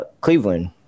cleveland